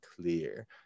clear